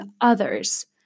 others